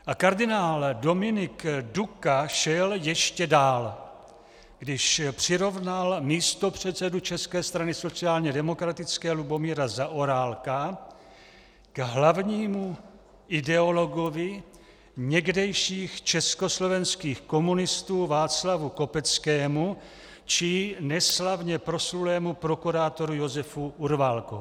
A kardinál Dominik Duka šel ještě dál, když přirovnal místopředsedu České strany sociálně demokratické Lubomíra Zaorálka k hlavnímu ideologovi někdejších československých komunistů Václavu Kopeckému či neslavně proslulému prokurátoru Josefu Urválkovi.